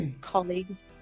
colleagues